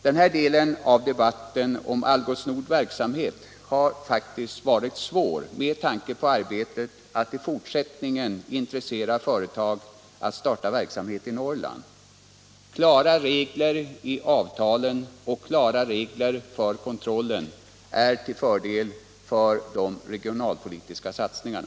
Den här delen av debatten om Algots Nords verksamhet har faktiskt varit svår med tanke på möjligheten att i fortsättningen intressera företag att starta verksamhet i Norrland. Klara regler i avtalen och klara regler för kontrollen är till fördel för de regionalpolitiska satsningarna.